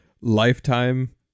Lifetime